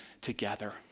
together